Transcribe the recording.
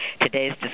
Today's